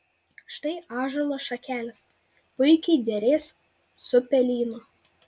štai ąžuolo šakelės puikiai derės su pelyno